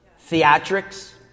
theatrics